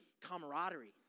camaraderie